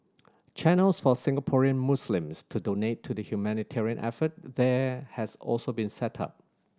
channels for Singaporean Muslims to donate to the humanitarian effort there has also been set up